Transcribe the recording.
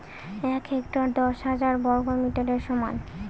এক হেক্টর দশ হাজার বর্গমিটারের সমান